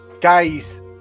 Guys